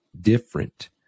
different